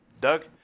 Doug